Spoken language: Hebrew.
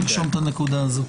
נרשום את הנקודה הזאת.